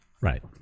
Right